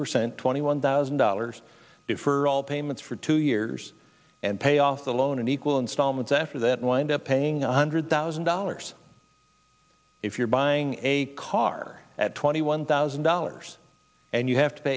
percent twenty one thousand dollars for all payments for two years and pay off the loan in equal installments after that wind up paying a hundred thousand dollars if you're buying a car at twenty one thousand dollars and you have to